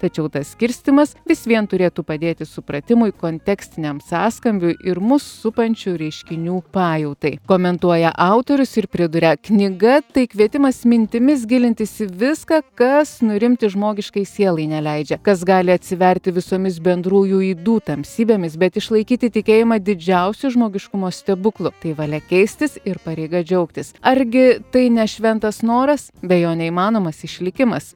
tačiau tas skirstymas vis vien turėtų padėti supratimui kontekstiniam sąskambiui ir mus supančių reiškinių pajautai komentuoja autorius ir priduria knyga tai kvietimas mintimis gilintis į viską kas nurimti žmogiškai sielai neleidžia kas gali atsiverti visomis bendrųjų ydų tamsybėmis bet išlaikyti tikėjimą didžiausiu žmogiškumo stebuklu tai valia keistis ir pareiga džiaugtis argi tai ne šventas noras be jo neįmanomas išlikimas